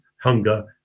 hunger